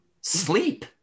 Sleep